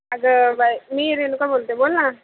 अगं बाई मी रेणुका बोलते बोल ना